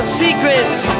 secrets